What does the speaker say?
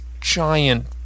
giant